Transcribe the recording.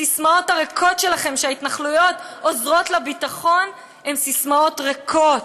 הסיסמאות הריקות שלכם שההתנחלויות עוזרות לביטחון הן סיסמאות ריקות.